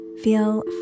Feel